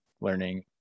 learning